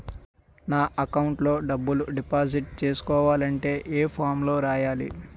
నా అకౌంట్ లో డబ్బులు డిపాజిట్ చేసుకోవాలంటే ఏ ఫామ్ లో రాయాలి?